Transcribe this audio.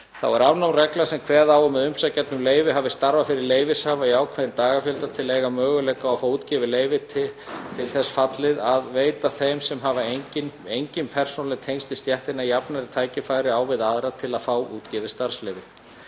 Er afnám reglna, sem kveða á um að umsækjandi um leyfi hafi starfað fyrir leyfishafa í ákveðinn dagafjölda til að eiga möguleika á að fá útgefið leyfi, til þess fallið að veita þeim sem hafa engin persónuleg tengsl við stéttina jafnari tækifæri á við aðra til að fá útgefið starfsleyfi.